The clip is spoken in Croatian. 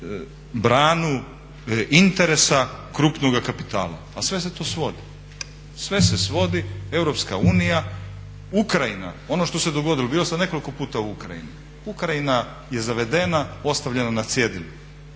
branu interesa krupnog kapitala. A sve se to svodi, sve se svodi Europska unija, Ukrajina, ono što se dogodilo, bio sam nekoliko puta u Ukrajini. Ukrajina je zavedena, ostavljena na cjedilu.